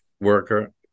worker